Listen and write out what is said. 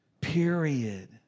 Period